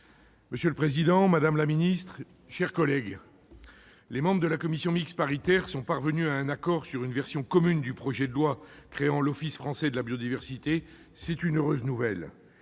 Monsieur le président, madame la secrétaire d'État, chers collègues, les membres de la commission mixte paritaire sont parvenus à un accord sur une version commune du projet de loi créant l'Office français de la biodiversité ; c'est une heureuse nouvelle.